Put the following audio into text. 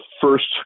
first